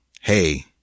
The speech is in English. hey